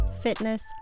fitness